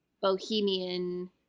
bohemian